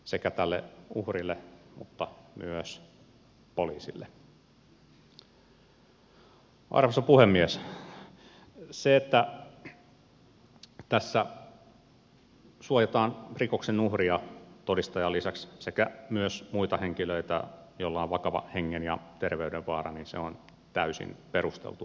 se että tässä suojataan rikoksen uhria todistajan lisäksi sekä myös muita henkilöitä joilla on vakava hengen ja terveyden vaara on täysin perusteltua